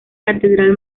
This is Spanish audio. catedral